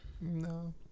No